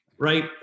right